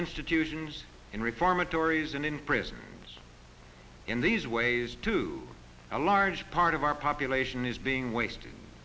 institutions and reformatories and in prisons in these ways to a large part of our population is being wasted